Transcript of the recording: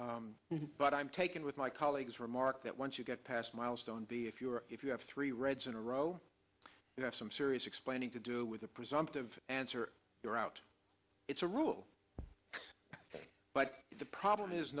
know but i'm taken with my colleague's remark that once you get past a milestone b if you're if you have three reds in a row you have some serious explaining to do with the presumptive answer you're out it's a rule but the problem is